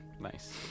Nice